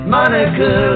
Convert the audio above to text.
Monica